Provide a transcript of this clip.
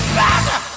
better